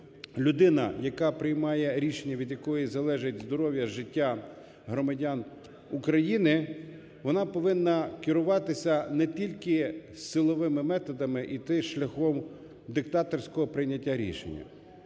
людина, яка приймає рішення, від якої залежить здоров'я, життя громадян України, вона повинна керуватися не тільки силовими методами і йти шляхом диктаторського прийняття рішень.